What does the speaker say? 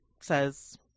says